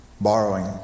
borrowing